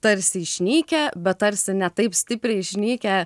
tarsi išnykę bet tarsi ne taip stipriai išnykę